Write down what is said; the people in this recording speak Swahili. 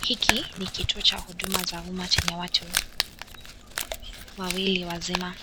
Hiki ni kituo cha huduma za umma chenye watu wawili wazima .